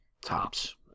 tops